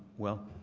well,